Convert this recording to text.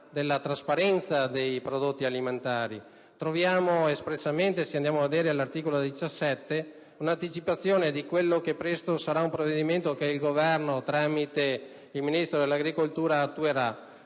della trasparenza dei prodotti alimentari. Troviamo espressamente, all'articolo 17, un'anticipazione di quello che presto sarà un provvedimento che il Governo, tramite il Ministro dell'agricoltura, attuerà,